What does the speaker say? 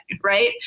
Right